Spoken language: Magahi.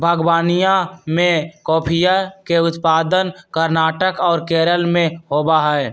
बागवनीया में कॉफीया के उत्पादन कर्नाटक और केरल में होबा हई